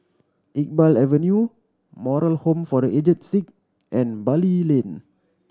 Iqbal Avenue Moral Home for The Aged Sick and Bali Lane